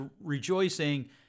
rejoicing